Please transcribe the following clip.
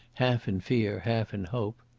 half in fear, half in hope.